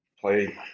play